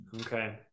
Okay